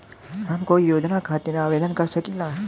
हम कोई योजना खातिर आवेदन कर सकीला?